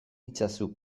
itzazu